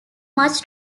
much